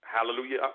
Hallelujah